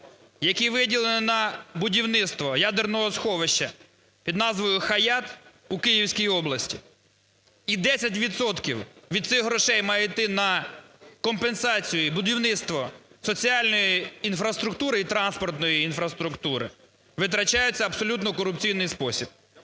які виділені на будівництво ядерного сховища під назвою ХОЯТ у Київській області, і 10 відсотків від цих грошей має йти на компенсацію і будівництво соціальної інфраструктури і транспортної інфраструктури, витрачається в абсолютно корупційний спосіб.